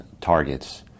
targets